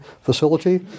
facility